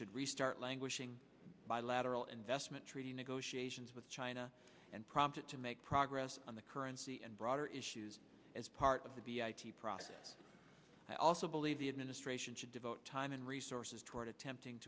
should restart languishing bilateral investment treaty negotiations with china and prompt it to make progress on the currency and broader issues as part of the process i also believe the administration should devote time and resources toward attempting